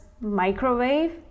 microwave